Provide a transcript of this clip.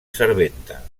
serventa